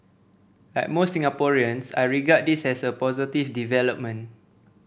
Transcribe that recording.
like most Singaporeans I regard this as a positive development